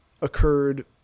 occurred